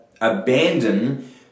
abandon